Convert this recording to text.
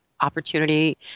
opportunity